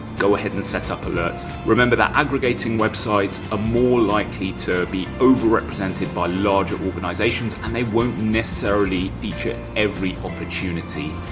go ahead and set up alerts. remember that aggregating websites are ah more likely to be over-represented by larger organisations and they won't necessarily feature every opportunity.